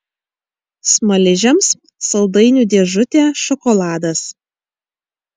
smaližiams saldainių dėžutė šokoladas